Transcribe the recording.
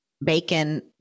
bacon